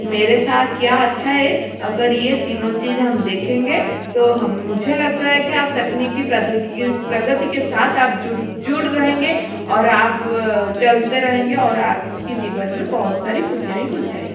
मेरे साथ क्या अच्छा है अगर ये तीनों चीज हम देखेंगे तो हम मुझे लगता है की आप तकनीकी प्रगति के साथ आप जुड़ रहेंगे और आप चलते रहेंगे और आपकी जीवन में बहुत सारी ख़ुशियाँ ही ख़ुशियाँ आएगी